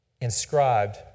inscribed